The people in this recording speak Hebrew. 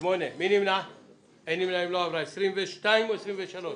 לא נתקבלה ותעלה למליאה כהסתייגות לקריאה שנייה ולקריאה שלישית.